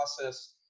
process